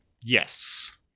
yes